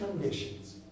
conditions